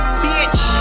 bitch